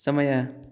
समयः